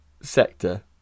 sector